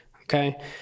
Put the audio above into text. okay